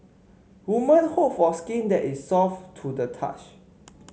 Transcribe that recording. women hope for skin that is soft to the touch